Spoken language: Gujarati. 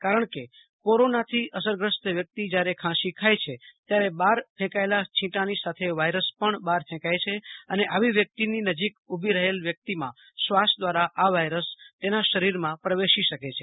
કા રણ કે કોરોનાથી અસરગ્રસ્ત વ્યક્તિ જ્યારે ખાંસી ખાય છે ત્યારે બહાર ફેંકાચેલા છીંટાની સાથે વાયરસ પણ બહાર ફેંકાય છે અને આવી વ્યક્તિની નજીક ઉભી રહેલ વ્યક્તિમાં શ્વાસ દ્વારા આ વાયરસ તેના શરીરમાં પ્રવેશી શકે છે